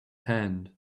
hand